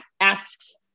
asks